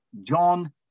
John